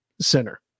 center